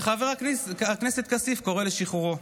וחבר הכנסת כסיף קורא לשחרורו.